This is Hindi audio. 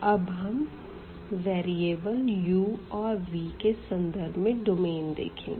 अब हम नए वेरीअबल u और v के संदर्भ में डोमेन देखेंगे